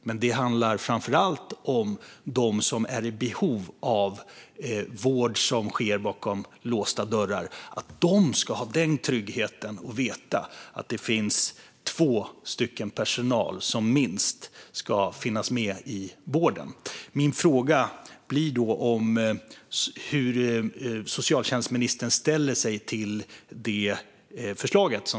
Men framför allt handlar det om dem som är i behov av vård som sker bakom låsta dörrar. De ska vara trygga med att veta att det finns minst två personal i vården. Hur ställer sig socialtjänstministern till förslaget i vår motion?